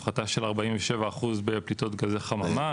הפחתה של 47$ בפליטות גזי חממה,